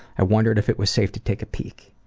i wondered if it was safe to take a peek.